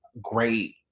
great